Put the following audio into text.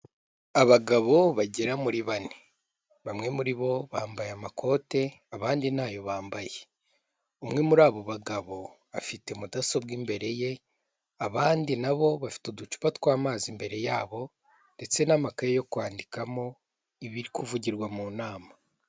Abagabo bagera muri bane, bamwe muri bo bambaye amakote, abandi ntayo bambaye, umwe muri abo bagabo afite mudasobwa imbere ye, abandi nabo bafite uducupa tw'amazi imbere yabo ndetse n'amakaye yo kwandikamo ibiri kuvugirwa mu nama.